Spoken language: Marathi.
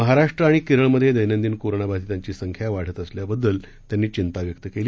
महाराष्ट्र आणि केरळमधे दैनंदिन कोरोनाबाधितांची संख्या वाढत असल्याबद्दल त्यांनी चिंता व्यक्त केली